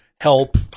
help